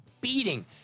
beating